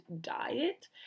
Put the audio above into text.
diet